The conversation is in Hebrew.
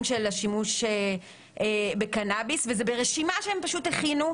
של השימוש בקנאביס וזה ברשימה שהם פשוט הכינו,